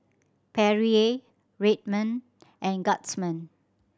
Perrier Red Man and Guardsman